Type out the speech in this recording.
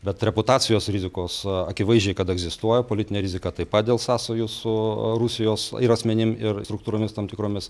bet reputacijos rizikos akivaizdžiai kad egzistuoja politinė rizika taip pat dėl sąsajų su rusijos ir asmenim ir struktūromis tam tikromis